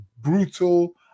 brutal